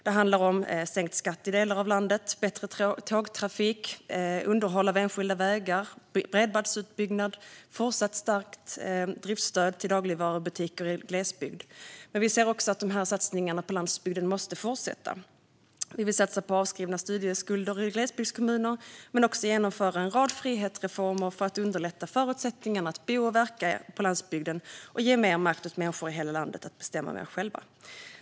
Det handlar om sänkt skatt i delar av landet, bättre tågtrafik och underhåll av enskilda vägar, bredbandsutbyggnad och ett fortsatt starkt driftsstöd till dagligvarubutiker i glesbygd. Vi ser också att de satsningarna på landsbygden måste fortsätta. Vi vill satsa på avskrivna studieskulder i glesbygdskommuner. Men vi vill också genomföra en rad frihetsreformer för att underlätta förutsättningarna att bo och verka på landsbygden och ge mer makt åt människor i hela landet att bestämma mer själva.